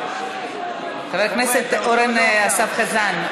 חבר הכנסת אורן אסף חזן,